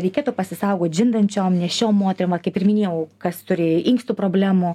reikėtų pasisaugot žindančiom nėščiom moterim va kaip ir minėjau kas turi inkstų problemų